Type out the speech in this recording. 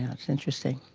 and it's interesting.